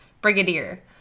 Brigadier